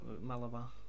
Malabar